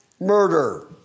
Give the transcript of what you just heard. Murder